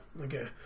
Okay